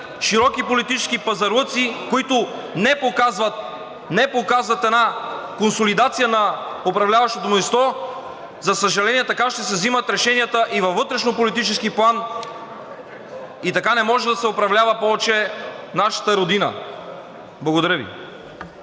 широки политически пазарлъци, които не показват една консолидация на управляващото мнозинство, за съжаление, така ще се взимат решенията и във вътрешнополитически план, и така не може да се управлява повече нашата Родина. Благодаря Ви.